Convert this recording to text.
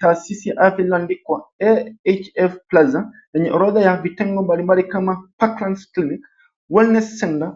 Taasisi ya afya iliyoandikwa ahf plaza yenye orodha ya vitengo mbalimbali kama vacancy clinic, wellness center,